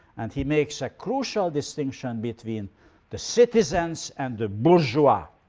and he makes a crucial distinction between the citizens and the bourgeois.